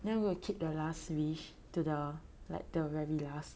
then I will keep the last wish to the like the very last